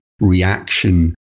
reaction